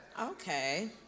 okay